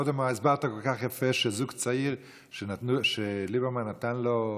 קודם הסברת כל כך יפה שזוג צעיר שליברמן נתן לו,